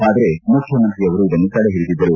ಆದರೆ ಮುಖ್ಯಮಂತ್ರಿಯವರು ಇದನ್ನು ತಡೆಹಿಡಿದಿದ್ದರು